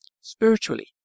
spiritually